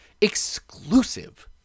exclusive